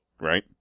right